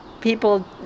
people